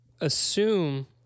assume